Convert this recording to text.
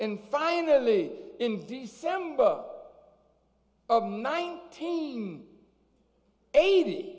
and finally in december of nineteen eighty